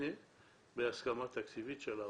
מותנה בהסכמה תקציבית של האוצר,